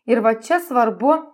ir va čia svarbu